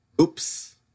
Oops